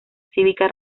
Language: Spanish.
cívica